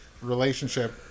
relationship